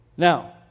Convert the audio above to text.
Now